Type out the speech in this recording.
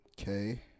Okay